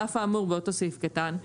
על אף האמור באותו סעיף קטן,